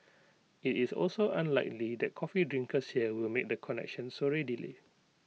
IT is also unlikely that coffee drinkers here will make the connection so readily